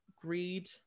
greed